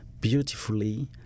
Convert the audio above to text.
beautifully